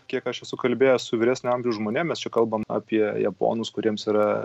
kiek aš esu kalbėjęs su vyresnio amžiaus žmonėm mes čia kalbam apie japonus kuriems yra